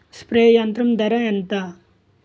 Spray యంత్రం ధర ఏంతా?